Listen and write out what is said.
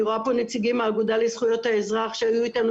אני רואה פה נציגים מהאגודה לזכויות האזרח שהיו איתנו